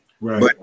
right